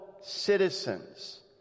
citizens